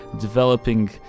developing